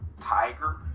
Tiger